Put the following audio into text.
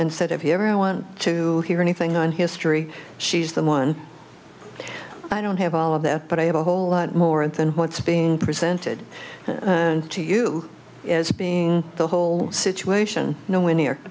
and said if you ever want to hear anything on history she's the one i don't have all of that but i have a whole lot more than what's being presented to you as being the whole situation no win